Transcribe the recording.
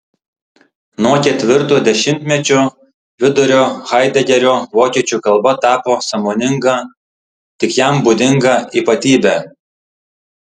nuo ketvirto dešimtmečio vidurio haidegerio vokiečių kalba tapo sąmoninga tik jam būdinga ypatybe